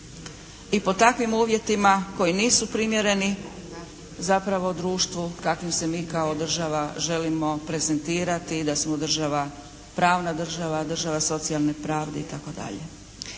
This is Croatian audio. i pod takvim uvjetima koji nisu primjereni zapravo društvu kakvim se mi kao država želimo prezentirati i da smo država, pravna država, država socijalne pravde itd.